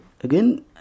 Again